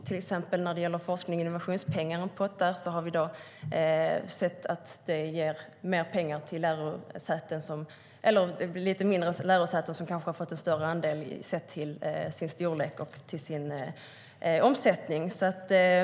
Till exempel när det gäller forsknings och innovationspotten har vi sett att lite mindre lärosäten har fått en större andel sett till sin storlek och omsättning.